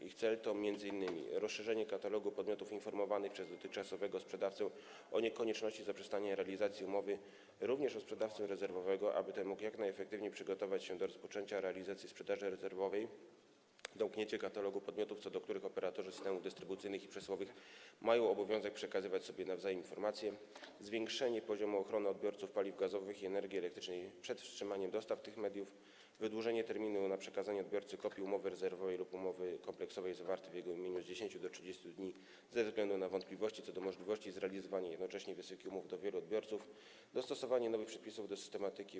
Ich cel to m.in.: rozszerzenie katalogu podmiotów informowanych przez dotychczasowego sprzedawcę o konieczności zaprzestania realizacji umowy również o sprzedawcę rezerwowego, aby ten mógł jak najefektywniej przygotować się do rozpoczęcia realizacji sprzedaży rezerwowej, domknięcie katalogu podmiotów, co do których operatorzy systemów dystrybucyjnych i przesyłowych mają obowiązek przekazywać sobie nawzajem informacje, zwiększenie poziomu ochrony odbiorców paliw gazowych i energii elektrycznej przed wstrzymaniem dostaw tych mediów, wydłużenie terminu przekazania odbiorcy kopii umowy rezerwowej lub umowy kompleksowej zawartej w jego imieniu z 10 do 30 dni ze względu na wątpliwości co do możliwości dokonania jednoczesnej wysyłki umów do wielu odbiorców, dostosowanie nowych przepisów do systematyki